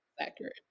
accurate